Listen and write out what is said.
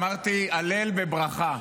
אמרתי הלל וברכה.